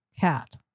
Cat